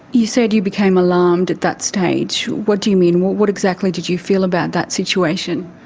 you said you became alarmed at that stage. what do you mean? what what exactly did you feel about that situation?